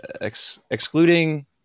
excluding